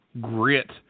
grit